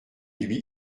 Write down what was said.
lui